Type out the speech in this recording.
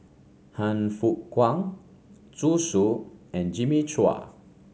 Han Fook Kwang Zhu Xu and Jimmy Chua